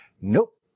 Nope